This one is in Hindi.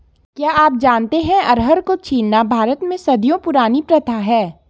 क्या आप जानते है अरहर को छीलना भारत में सदियों पुरानी प्रथा है?